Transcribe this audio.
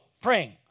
praying